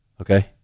okay